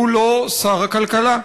הוא לא שר הכלכלה.